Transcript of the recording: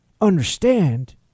understand